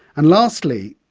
and lastly,